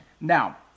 Now